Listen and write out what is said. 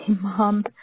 mom